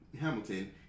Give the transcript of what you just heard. Hamilton